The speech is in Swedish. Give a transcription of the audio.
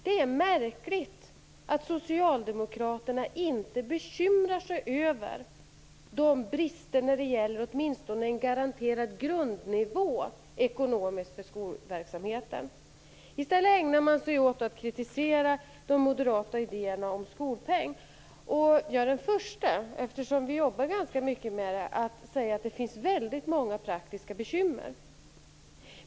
Det är märkligt att socialdemokraterna inte bekymrar sig över de brister som finns, åtminstone när det gäller en garanterad ekonomisk grundnivå för skolverksamheten. I stället ägnar man sig åt att kritisera de moderata idéerna om skolpeng. Eftersom vi arbetar ganska mycket med detta, är jag den första att tillstå att det finns väldigt många praktiska bekymmer.